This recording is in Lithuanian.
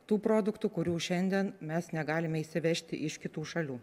tų produktų kurių šiandien mes negalime įsivežti iš kitų šalių